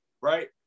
right